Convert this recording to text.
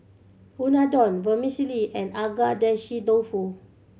Unadon Vermicelli and Agedashi Dofu